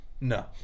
No